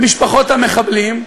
במשפחות המחבלים,